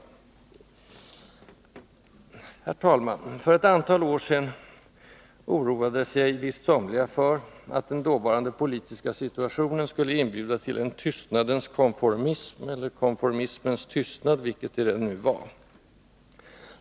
Herr talman! För ett antal år sedan oroade sig visst somliga för att den dåvarande politiska situationen skulle inbjuda till en ”tystnadens konformism” eller ”konformismens tystnad” — vilketdera det nu var.